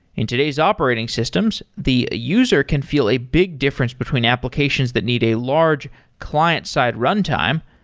in today's operating systems, the user can feel a big difference between applications that need a large client side runtime,